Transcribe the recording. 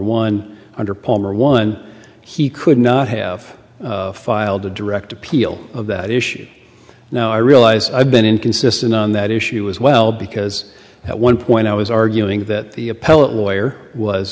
one under palmer one he could not have filed a direct appeal of that issue now i realize i've been inconsistent on that issue as well because at one point i was arguing th